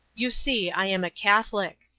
you see, i am a catholic.